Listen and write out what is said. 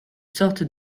sorte